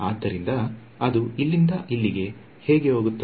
ಆದ್ದರಿಂದ ಅದು ಇಲ್ಲಿಂದ ಇಲ್ಲಿಗೆ ಹೇಗೆ ಹೋಗುತ್ತದೆ